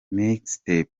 mixtape